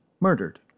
murdered